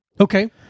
Okay